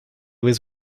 was